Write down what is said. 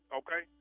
okay